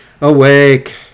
Awake